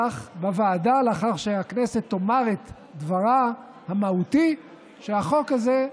בוועדה לאחר שהכנסת תאמר את דברה המהותי: שהחוק הזה,